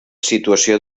situació